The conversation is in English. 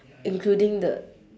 including the